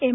M